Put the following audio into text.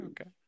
okay